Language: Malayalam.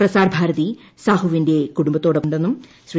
പ്രസാർഭാരതി സാഹുവിന്റെ കുടുംബത്തോടൊപ്പമുണ്ടാവുമെന്ന് ശ്രീ